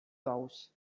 bous